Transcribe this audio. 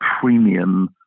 premium